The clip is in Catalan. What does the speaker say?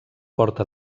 porta